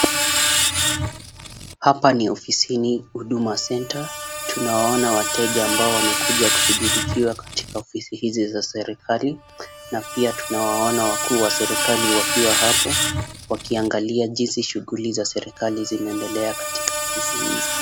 Hapa ni ofisini huduma center . Tunawaona wateja ambao wamekuja kushughulikiwa katika ofisi hizi za serikali na pia tunawaona wakuu wa serikali wakiwa hapo, wakiangalia jinsi shughuli za serikali zinaendelea katika ofisi hizo.